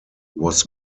was